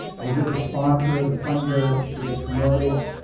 was it the sponsor, the funder, did it promote it?